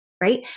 right